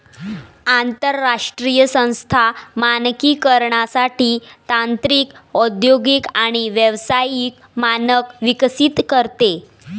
आंतरराष्ट्रीय संस्था मानकीकरणासाठी तांत्रिक औद्योगिक आणि व्यावसायिक मानक विकसित करते